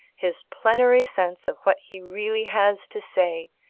his plenary sense of what he really has to say,